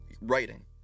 Writing